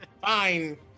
Fine